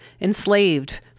enslaved